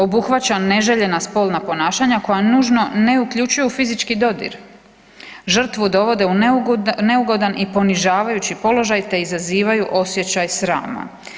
Obuhvaća neželjena spolna ponašanja koja nužno ne uključuju fizički dodir, žrtvu dovode u neugodan i ponižavajući položaj, te izazivaju osjećaj srama.